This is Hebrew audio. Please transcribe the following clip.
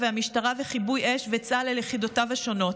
והמשטרה וכיבוי אש וצה"ל על יחידותיו השונות.